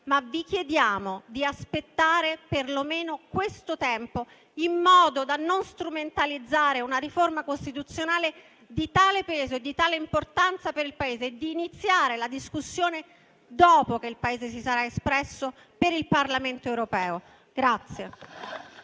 ma vi chiediamo di aspettare perlomeno questo tempo, in modo da non strumentalizzare una riforma costituzionale di tale peso e di tale importanza per il Paese e di iniziare la discussione dopo che il Paese si sarà espresso per il Parlamento europeo.